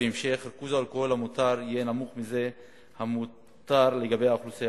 במקומו של יושב-ראש ועדת הכלכלה, חבר הכנסת אופיר